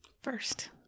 First